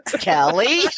kelly